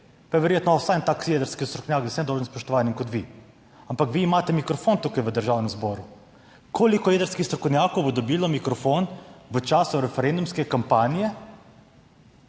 pa je verjetno vsaj en tak jedrski strokovnjak z vsem dolžnim spoštovanjem kot vi. Ampak vi imate mikrofon tukaj v Državnem zboru, koliko jedrskih strokovnjakov bo dobilo mikrofon v času referendumske kampanje?